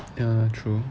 ya true